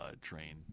train